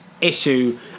issue